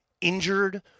injured